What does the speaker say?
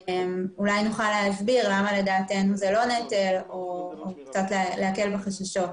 אולי נוכל להסביר למה לדעתנו זה לא נטל או קצת להקל על החששות.